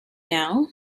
now